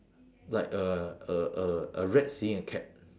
like a a a a rat seeing a cat